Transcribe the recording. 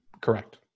Correct